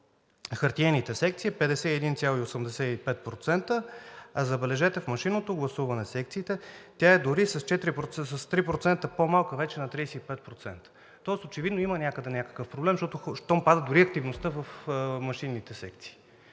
хартиените секции е 51,85%, а забележете, в машинното гласуване в секциите тя е дори с 3% по-малка, вече 35%. Тоест очевидно има някъде някакъв проблем, щом пада дори активността в машинните секции,